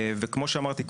כמו שאמרתי קודם,